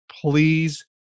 please